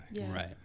right